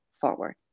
forward